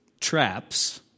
traps